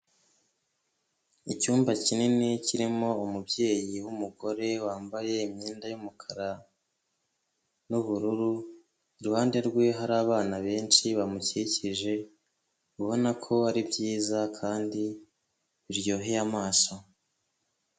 Icyumba kinini kirimo umubyeyi w'umugore wambaye imyenda y'umukara n'ubururu, iruhande rwe hari abana benshi bamukikije ubona ko ari byiza kandi biryoheye amaso.